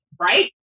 right